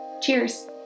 Cheers